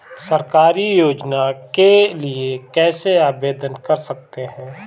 सरकारी योजनाओं के लिए कैसे आवेदन कर सकते हैं?